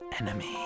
Enemy